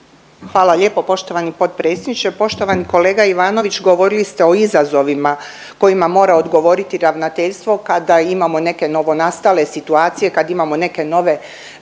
Hvala lijepo poštovani potpredsjedniče. Poštovani kolega Ivanović govorili ste o izazovima kojima mora odgovoriti Ravnateljstvo kada imamo neke novonastale situacije, kad imamo neke nove